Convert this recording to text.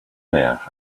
there